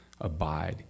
abide